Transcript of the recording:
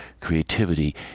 creativity